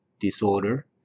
disorder